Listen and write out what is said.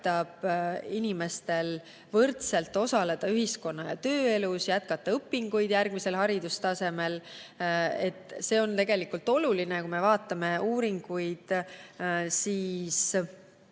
inimestel võrdselt osaleda ühiskonna- ja tööelus ning jätkata õpinguid järgmisel haridustasemel. See on tegelikult oluline. Kui me vaatame uuringuid, siis